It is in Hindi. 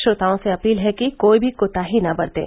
श्रोताओं से अपील है कि कोई भी कोताही न बरतें